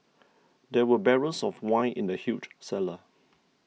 there were barrels of wine in the huge cellar